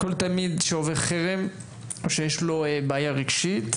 כל תלמיד שעובר חרם או שיש לו בעיה רגשית,